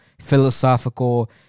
philosophical